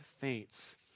faints